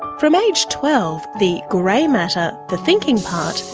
from age twelve, the grey matter, the thinking part,